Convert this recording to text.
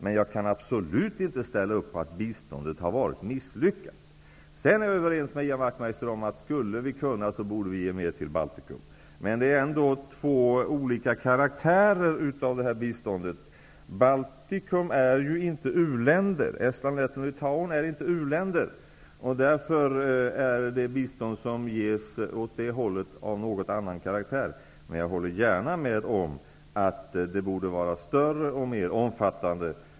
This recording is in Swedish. Men jag kan absolut inte ställa upp på att biståndsinsatserna har varit misslyckade. Jag är överens med Ian Wachtmeister att om det vore möjligt skulle vi ge mer till Baltikum. Men det är ändå fråga om två olika karaktärer av bistånd. Länderna i Baltikum är inte u-länder. Estland, Lettland och Litauen är inte u-länder. Därför är det bistånd som ges till Baltikum av något annan karaktär. Men jag håller gärna med om att biståndet borde vara större och mer omfattande.